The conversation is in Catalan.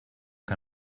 que